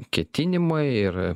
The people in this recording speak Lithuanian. ketinimai ir